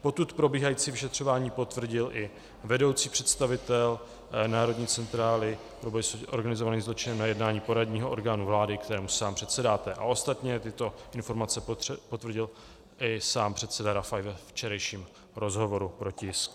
Potud probíhající vyšetřování potvrdil i vedoucí představitel Národní centrály pro boj s organizovaným zločinem na jednání poradního orgánu vlády, kterému sám předsedáte, a ostatně tyto informace potvrdil i sám předseda Rafaj ve včerejším rozhovoru pro tisk.